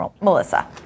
Melissa